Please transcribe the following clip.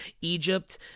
Egypt